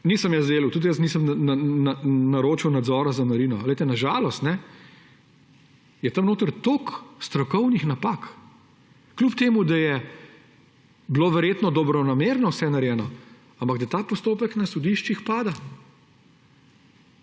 Nisem jaz delal in tudi jaz nisem naročil nadzora za Marino. Poglejte, na žalost je tam notri toliko strokovnih napak, kljub temu da je bilo dobronamerno vse narejeno, ampak da ta postopek na sodiščih pada,